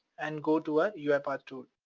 and go to our uipath tool.